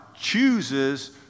chooses